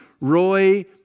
Roy